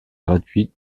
gratuite